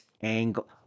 Angle